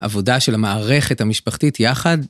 עבודה של המערכת המשפחתית יחד?